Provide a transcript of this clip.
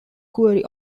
quarry